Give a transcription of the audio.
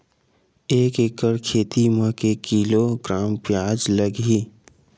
एक एकड़ खेती म के किलोग्राम प्याज लग ही?